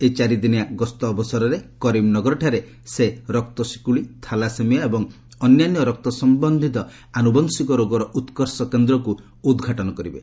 ଏହି ଚାରିଦିନିଆ ଗସ୍ତ ଅବସରରେ କରିମନଗରଠାରେ ସେ ରକ୍ତ ଶିକ୍ତଳି ଥାଲାସେମିଆ ଏବଂ ଅନ୍ୟାନ୍ୟ ରକ୍ତସମ୍ଭନ୍ଧିତ ଆନ୍ଦବଂଶିକ ରୋଗର ଉତ୍କର୍ଷ କେନ୍ଦ୍ରକୁ ଉଦ୍ଘାଟନ କରିବେ